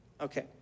Okay